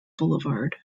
boulevard